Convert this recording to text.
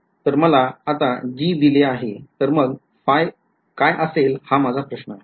तर मला आता g दिले आहे तर मग काय असेल हा माझा प्रश्न आहे